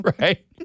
right